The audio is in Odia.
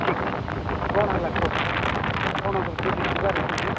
ଠିକ ଠିକ ଠିକ କ'ଣ ହେଲା କୁହ ଆପଣଙ୍କର କେଉଁଠି ଯିବାର ଅଛି କି